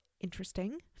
interesting